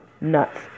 nuts